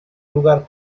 lugar